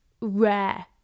rare